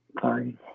Sorry